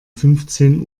fünfzehn